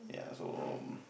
ya so